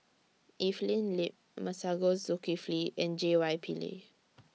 Evelyn Lip Masagos Zulkifli and J Y Pillay